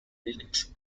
village